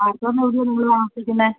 ആ എവിടെയാണു നിങ്ങള് താമസിക്കുന്നത്